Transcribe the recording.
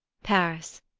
paris,